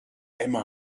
emma